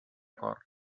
cor